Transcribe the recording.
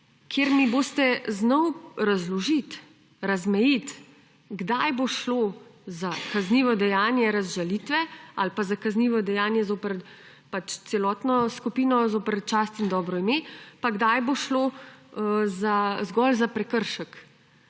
kjer mi boste znal razložiti, razmejiti, kdaj bo šlo za kaznivo dejanje razžalitve ali pa za kaznivo dejanje zoper celotno skupino, zoper čast in dobro ime, pa kdaj bo šlo zgolj za prekršek.